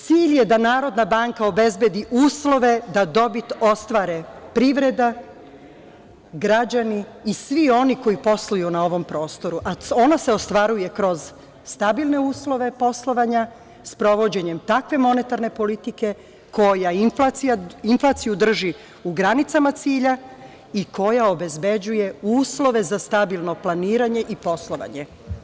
Cilj je da Narodna banka obezbedi uslove da dobit ostvare privreda, građani i svi oni koji posluju na ovom prostoru, a ona se ostvaruje kroz stabilne uslove poslovanja, sprovođenjem takve monetarne politike koja inflaciju drži u granicama cilja i koja obezbeđuje uslove za stabilno planiranje i poslovanje.